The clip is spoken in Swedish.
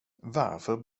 varför